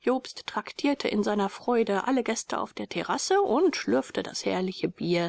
jobst traktierte in seiner freude alle gäste auf der terrasse und schlürfte das herrliche bier